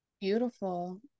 Beautiful